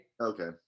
Okay